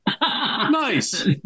Nice